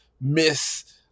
miss